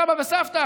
סבא וסבתא,